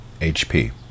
HP